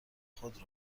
خود